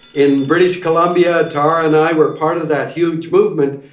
in british columbia, tara and i were part of that huge movement,